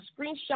screenshot